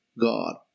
God